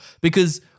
Because-